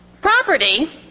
Property